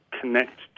connect